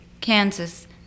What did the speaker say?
Kansas